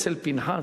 אצל פנחס,